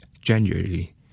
January